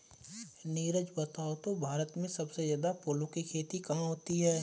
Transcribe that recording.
नीरज बताओ तो भारत में सबसे ज्यादा फूलों की खेती कहां होती है?